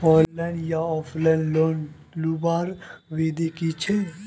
Online या offline loan लुबार विधि की छे?